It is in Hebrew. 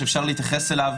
שאפשר להתייחס אליו,